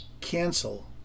cancel